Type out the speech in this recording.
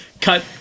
cut